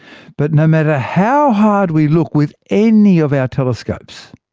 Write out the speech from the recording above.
but no matter how hard we look with any of our telescopes,